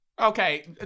Okay